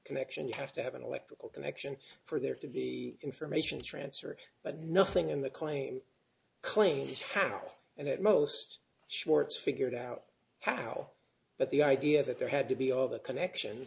connection you have to have an electrical connection for there to be information transfer but nothing in the claim claims have all and at most schwartz figured out how but the idea that there had to be all the connection